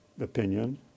opinion